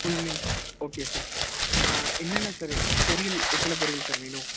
full meals okay sir என்னென்ன sir பொரியல் எத்தனை பொரியல் சார் வேணும்